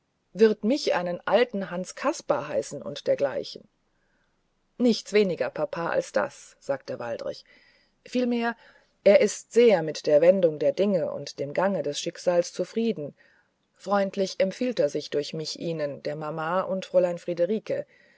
wir mich einen alten hans kaspar heißen und dergleichen nichts weniger papa als das sagte waldrich vielmehr er ist sehr mit der wendung der dinge und dem gange des schicksals zufrieden freundlich empfiehlt er sich durch mich ihnen der mama und fräulein friederike